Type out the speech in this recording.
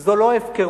זה לא הפקרות.